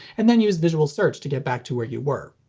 and then use visual search to get back to where you were.